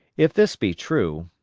if this be true,